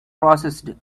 processed